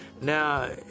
Now